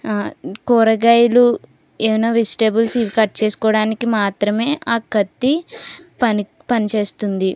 కూరగాయలు ఏమన్న వెజిటెబుల్స్ ఇవి కట్ చేసుకోవడానికి మాత్రమే ఆ కత్తి పని పనిచేస్తుంది